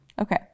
Okay